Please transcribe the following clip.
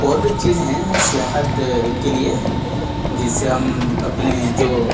اور بھی چیز ہیں سیاحت کے لیے جس سے ہم اپنے جو